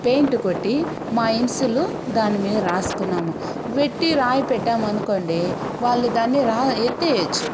paint కొట్టి మా ఇన్సిలు దాని మీద రాసుకున్నాము వట్టి రాయి పెట్టమనుకోండి వాళ్ళు దాన్ని రా ఎత్తేయచ్చు